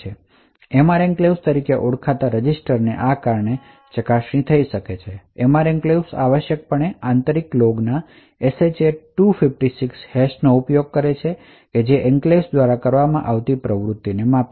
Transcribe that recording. તેથી MR enclaves તરીકે ઓળખાતા રજિસ્ટરને કારણે આ ઘણી ચકાસણી શક્ય છે આ MR એન્ક્લેવ્સ આંતરિક લૉગ માટે SHA 256 હેશનો ઉપયોગ કરે છે જે એન્ક્લેવ્સ દ્વારા કરવામાં આવતી પ્રવૃત્તિને માપે છે